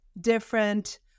different